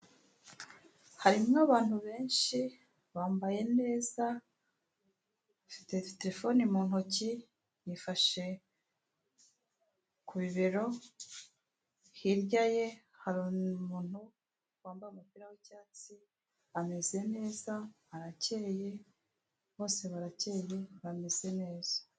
Ku ifoto yacu turahabona ibiganza bibiri kimwe gifashe muri murandasi ikindi gicigatiye amafaranga y'amanyamahanga ndetse n'amanyamerika yifashishwa mu kugura icyo wifuza icyo aricyo cyose gihwanye n'ayo mafaranga.